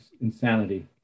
insanity